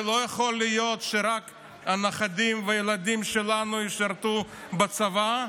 לא יכול להיות שרק הנכדים והילדים שלנו ישרתו בצבא,